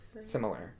Similar